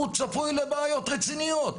הוא צפוי לבעיות רציניות.